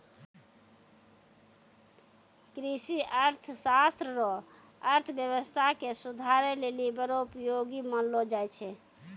कृषि अर्थशास्त्र रो अर्थव्यवस्था के सुधारै लेली बड़ो उपयोगी मानलो जाय छै